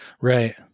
right